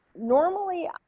Normally